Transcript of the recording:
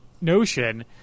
notion